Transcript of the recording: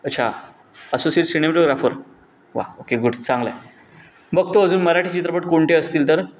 अच्छा associate cinematographer वा okay good चांगला आहे बघतो अजून मराठी चित्रपट कोणते असतील तर